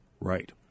right